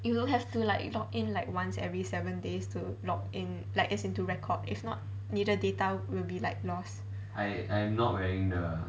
you will have to like log in like once every seven days to log in like as in to record if not 你的 data will be like lost